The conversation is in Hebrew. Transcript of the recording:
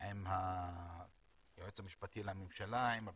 עם היועץ המשפטי לממשלה, עם הפרקליטות,